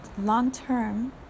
long-term